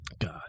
God